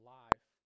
life